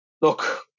look